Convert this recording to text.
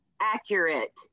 accurate